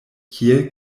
kiel